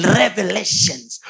revelations